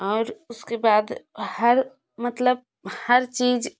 और उसके बाद हर मतलब हर चीज